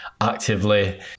actively